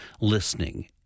listening